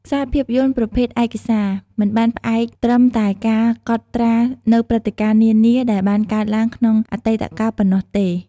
ខ្សែភាពយន្តប្រភេទឯកសារ មិនបានផ្អែកត្រឹមតែការកត់ត្រានូវព្រឹត្តិការណ៍នានាដែលបានកើតឡើងក្នុងអតីតកាលប៉ុណ្ណោះទេ។